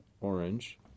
orange